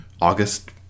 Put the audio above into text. August